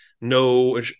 no